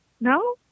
No